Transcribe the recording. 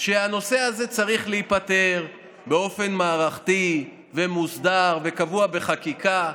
שהנושא הזה צריך להיפתר באופן מערכתי ומוסדר וקבוע בחקיקה,